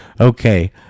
Okay